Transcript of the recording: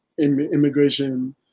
immigration